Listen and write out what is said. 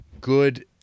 good